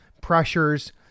pressures